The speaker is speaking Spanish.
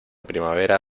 primavera